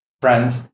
friends